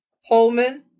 holman